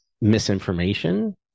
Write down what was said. misinformation